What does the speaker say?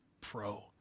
pro